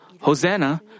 Hosanna